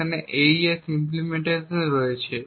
যেখানে AES implementation রয়েছে